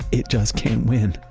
it just can't win.